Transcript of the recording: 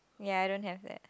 ya I don't have that